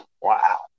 Wow